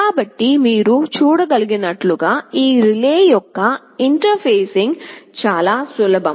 కాబట్టి మీరు చూడగలిగినట్లుగా ఈ రిలే యొక్క ఇంటర్ఫేసింగ్ చాలా సులభం